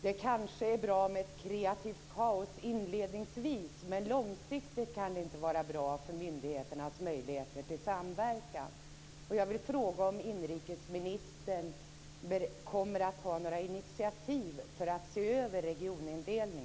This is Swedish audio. Det kanske är bra med ett kreativt kaos inledningsvis, men långsiktigt kan det inte vara bra för myndigheternas möjligheter till samverkan.